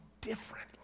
different